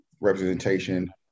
representation